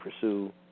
pursue